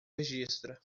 registra